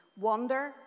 wonder